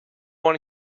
one